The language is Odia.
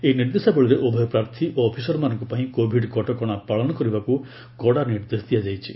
ଏହି ନିର୍ଦ୍ଦେଶାବଳୀରେ ଉଭୟ ପ୍ରାର୍ଥୀ ଓ ଅଫିସରମାନଙ୍କ ପାଇଁ କୋଭିଡ୍ କଟକଣା ପାଳନ କରିବାକୁ କଡ଼ା ନିର୍ଦ୍ଦେଶ ଦିଆଯାଇଛି